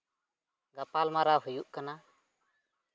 ᱜᱟᱯᱟᱞᱢᱟᱨᱟᱣ ᱦᱩᱭᱩᱜ ᱠᱟᱱᱟ